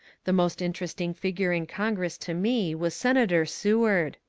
the most interesting figure in congress to me was senator seward.